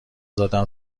دادم